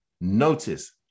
Notice